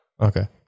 Okay